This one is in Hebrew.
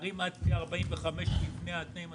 לפי התנאים הסוציאליים.